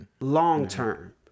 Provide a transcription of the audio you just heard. long-term